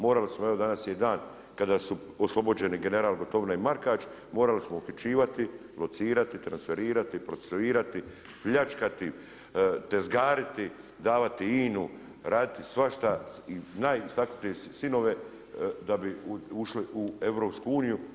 Morali smo, evo danas je i dan kada su oslobođeni general Gotovina i Markač, morali smo uhićivati, locirati, transferirati, procesuirati, pljačkati, tezgariti, davati INA-u, raditi svašta i najistaknutnije sinove da bi ušli u EU.